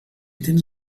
tens